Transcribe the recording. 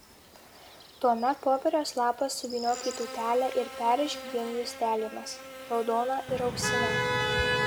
tuomet popieriaus lapą suvyniok į tūtelę ir perrišk dviem juostelėmis raudona ir auksine